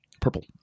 Purple